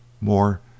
More